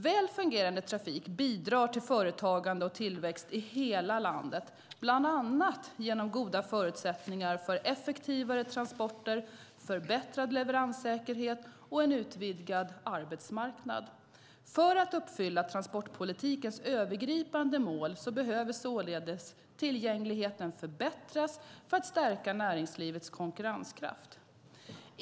Väl fungerande trafik bidrar till företagande och tillväxt i hela landet bland annat genom goda förutsättningar för effektivare transporter, förbättrad leveranssäkerhet och en utvidgad arbetsmarknad. För att uppfylla transportpolitikens övergripande mål behöver således tillgängligheten förbättras för att stärka näringslivets konkurrenskraft.